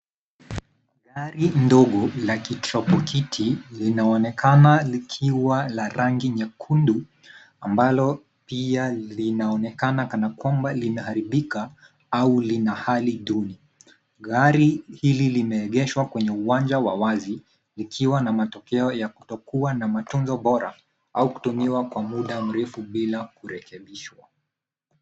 Gari ndogo la kitrapokiti linaonekana likiwa la rangi nyekundu. Ambalo pia linaonekana kana kwamba linaharibika au lina hali duni. Gari hili limeegeshwa kwenye uwanja wa wazi ikiwa na matokeo ya kutokuwa na matunzo bora au kutumiwa kwa muda mrefu bila kurekebishwa.